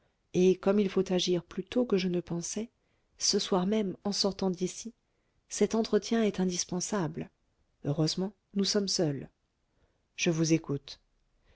et comme il faut agir plus tôt que je ne pensais ce soir même en sortant d'ici cet entretien est indispensable heureusement nous sommes seuls je vous écoute